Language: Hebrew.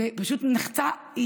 ופשוט נחצתה,